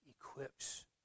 equips